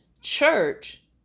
Church